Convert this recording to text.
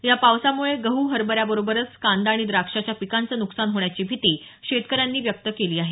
या पावसामुळे गहू हरभराबरोबरच कांदा आणि द्राक्षाच्या पीकांचं नुकसान होण्याची भीती शेतकऱ्यांनी व्यक्त केली आहे